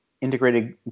integrated